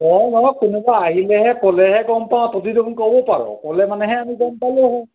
অঁ নহয় কোনোবা আহিলেহে ক'লেহে গম পাওঁ তহঁতি দেখোন ক'বও পাৰ ক'লে মানেহে আমি গম পালোহেঁতেন